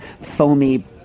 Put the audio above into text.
foamy –